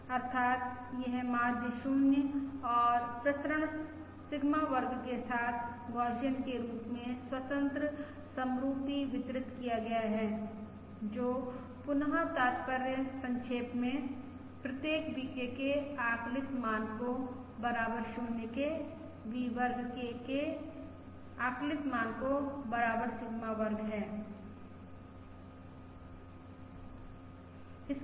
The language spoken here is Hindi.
अर्थात् यह माध्य 0 और प्रसरण सिग्मा वर्ग के साथ गौसियन के रूप में स्वतंत्र समरुपी वितरित किया गया है जिसका तात्पर्य पुनः संक्षेप में प्रत्येक VK का प्रत्याशित मान बराबर 0 के है V वर्ग K का प्रत्याशित मान बराबर सिग्मा वर्ग के है